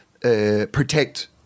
protect –